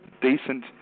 decent